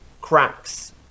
cracks